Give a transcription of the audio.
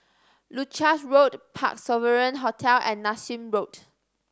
Leuchars Road Parc Sovereign Hotel and Nassim Road